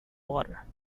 water